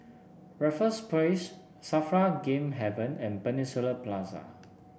Raffles Place Safra Game Haven and Peninsula Plaza